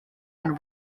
and